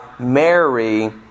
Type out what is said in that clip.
Mary